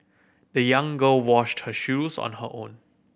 the young girl washed her shoes on her own